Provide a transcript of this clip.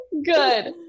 Good